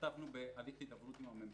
השתתפנו בהליך הידברות עם הממשלה,